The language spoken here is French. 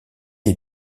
est